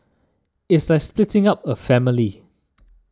it's like splitting up a family